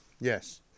yes